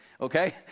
Okay